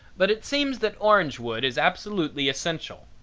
but it seems that orange wood is absolutely essential.